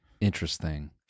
interesting